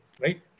right